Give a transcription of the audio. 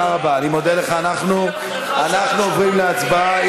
אנחנו עוברים להצבעה.